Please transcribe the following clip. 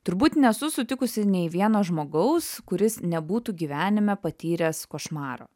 turbūt nesu sutikusi nei vieno žmogaus kuris nebūtų gyvenime patyręs košmaro